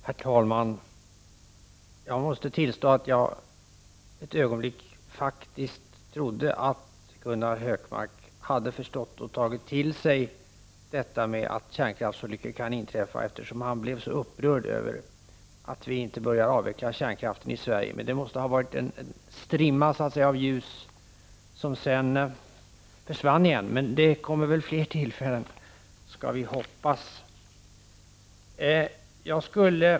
Herr talman! Jag måste tillstå att jag faktiskt ett ögonblick trodde att Gunnar Hökmark hade förstått och tagit till sig att kärnkraftsolyckor kan inträffa, eftersom han blev så upprörd över att vi inte börjar avveckla kärn kraften i Sverige. Det måste ha varit en strimma av ljus som sedan försvann igen — men det kommer väl fler tillfällen, skall vi hoppas. Herr talman!